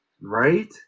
Right